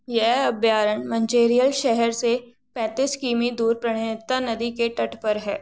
यह अभयारण्य मंचेरियल शहर से पैंतीस किमी दूर प्रणहैत्ता नदी के तट पर है